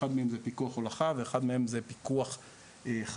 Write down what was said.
שאחת מהן היא פיקוח הולכה ואחת מהן היא פיקוח חלוקה,